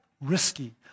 risky